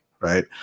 right